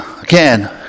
Again